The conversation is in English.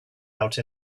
out